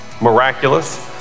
miraculous